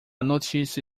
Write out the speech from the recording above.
notícia